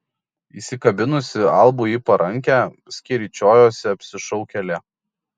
įsikabinusi albui į parankę skeryčiojosi apsišaukėlė